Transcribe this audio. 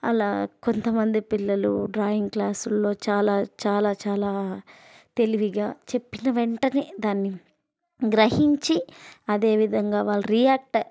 అలా కొంతమంది పిల్లలు డ్రాయింగ్ క్లాసులో చాలా చాలా చాలా తెలివిగా చెప్పిన వెంటనే దాన్ని గ్రహించి అదేవిధంగా వాళ్ళు రియాక్ట్